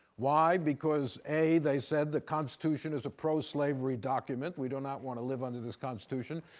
why? because a, they said, the constitution is a pro-slavery document, we do not want to live under this constitution.